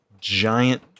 giant